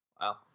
Wow